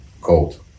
gold